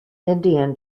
indian